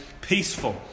peaceful